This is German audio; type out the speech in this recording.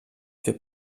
für